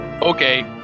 Okay